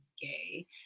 gay